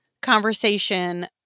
conversation